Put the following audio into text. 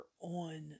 on